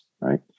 right